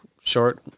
short